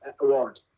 award